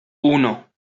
uno